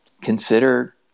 consider